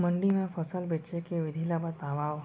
मंडी मा फसल बेचे के विधि ला बतावव?